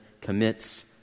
commits